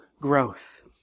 growth